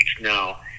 now